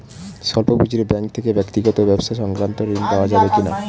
স্বল্প পুঁজির ব্যাঙ্ক থেকে ব্যক্তিগত ও ব্যবসা সংক্রান্ত ঋণ পাওয়া যাবে কিনা?